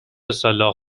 سلاخ